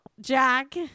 Jack